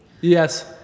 yes